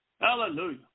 Hallelujah